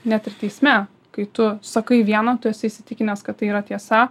ne ir teisme kai tu sakai viena tu esi įsitikinęs kad tai yra tiesa